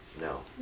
No